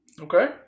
Okay